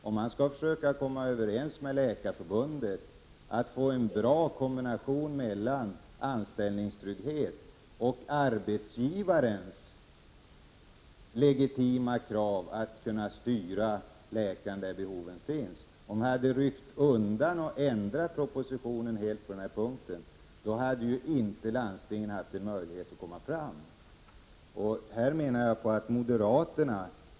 Det var fråga om att komma överens med Läkarförbundet om att få en bra kombination mellan kravet på anställningstrygghet och arbetsgivarens legitima krav att kunna styra läkare till platser där behoven finns. Om vi hade ändrat propositionen helt på den här punkten, så hade inte landstingen haft en möjlighet att komma fram.